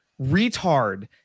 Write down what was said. retard